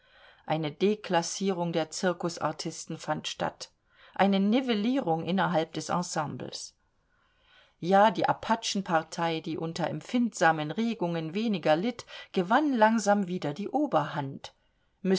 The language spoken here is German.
eine deklassierung der zirkusartisten fand statt eine nivellierung innerhalb des ensembles ja die apachenpartei die unter empfindsamen regungen weniger litt gewann langsam wieder die oberhand